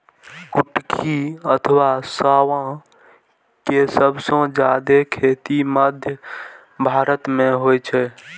कुटकी अथवा सावां के सबसं जादे खेती मध्य भारत मे होइ छै